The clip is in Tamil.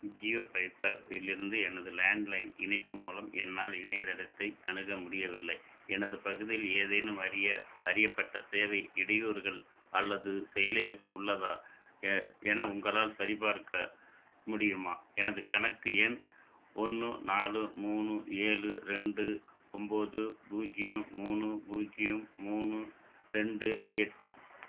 ஜியோ ஃபைபர் இலிருந்து எனது லேண்ட்லைன் இணைப்பு மூலம் என்னால் இணையதளத்தை அணுக முடியவில்லை எனது பகுதியில் ஏதேனும் அறிய அறியப்பட்ட சேவை இடையூறுகள் அல்லது செயலிழப்பு உள்ளதா எ என உங்களால் சரிபார்க்க முடியுமா எனது கணக்கு எண் ஒன்று நாலு மூணு ஏழு ரெண்டு ஒம்பது பூஜ்ஜியம் மூணு பூஜ்ஜியம் மூணு ரெண்டு எட்டு